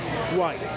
twice